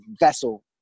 vessel